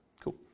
Cool